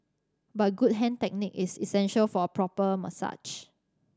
but good hand technique is essential for a proper massage